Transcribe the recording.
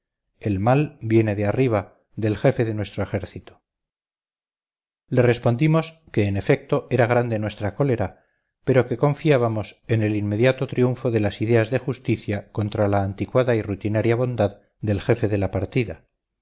el mal viene de arriba del jefe de nuestro ejército le respondimos que en efecto era grande nuestra cólera pero que confiábamos en el inmediato triunfo de las ideas de justicia contra la anticuada y rutinaria bondad del jefe de la partida